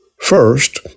First